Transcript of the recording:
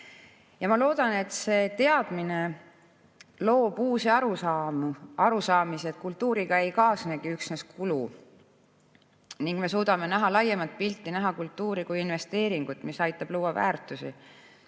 Ma loodan, et see teadmine loob uusi arusaamu, arusaamise, et kultuuriga ei kaasnegi üksnes kulu, ning me suudame näha laiemat pilti, näha kultuuri kui investeeringut, mis aitab luua väärtusi,